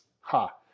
Ha